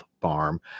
Farm